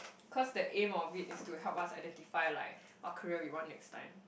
cause the aim of it is to help us identify like what career we want next time